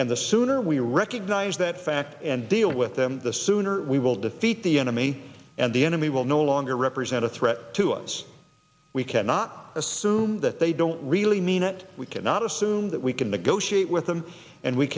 and the sooner we recognize that fact and deal with them the sooner we will defeat the enemy and the enemy will no longer represent us to us we cannot assume that they don't really mean it we cannot assume that we can negotiate with them and we